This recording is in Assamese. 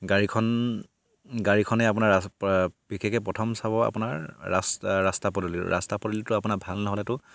গাড়ীখন গাড়ীখনেই আপোনাৰ ৰাস্তা বিশেষকে প্ৰথম চাব আপোনাৰ ৰাস্তা ৰাস্তা পদূলি ৰাস্তা পদূলিটো আপোনাৰ ভাল নহ'লেতো